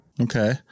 Okay